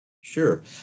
Sure